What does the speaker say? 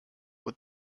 with